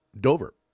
Dover